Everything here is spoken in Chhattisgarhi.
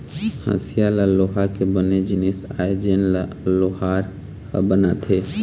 हँसिया ह लोहा के बने जिनिस आय जेन ल लोहार ह बनाथे